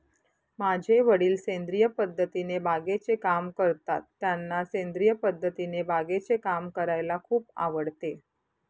माझे वडील सेंद्रिय पद्धतीने बागेचे काम करतात, त्यांना सेंद्रिय पद्धतीने बागेचे काम करायला खूप आवडते